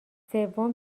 سوم